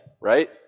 right